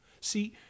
See